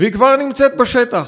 והיא כבר נמצאת בשטח.